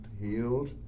healed